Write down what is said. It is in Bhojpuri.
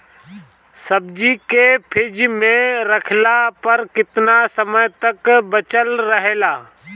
सब्जी के फिज में रखला पर केतना समय तक बचल रहेला?